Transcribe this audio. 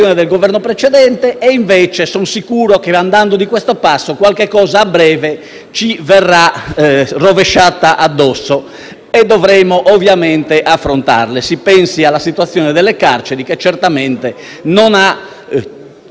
del Governo precedente). Invece sono sicuro che, andando di questo passo, qualche cosa a breve ci verrà rovesciata addosso e dovremmo ovviamente affrontarla. Si pensi alla situazione delle carceri, che certamente non ha